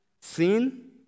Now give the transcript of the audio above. sin